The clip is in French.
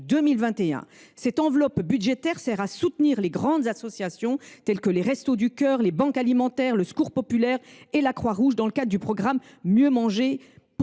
Cette enveloppe budgétaire sert à soutenir les grandes associations telles que les Restos du Cœur, les banques alimentaires, le Secours populaire français et la Croix Rouge, dans le cadre du programme « Mieux manger pour tous !».